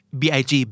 big